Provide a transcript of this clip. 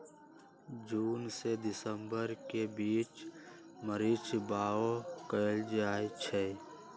जून से दिसंबर के बीच मरीच बाओ कएल जाइछइ